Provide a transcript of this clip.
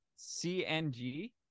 CNG